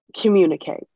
communicate